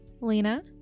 Lena